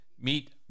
meet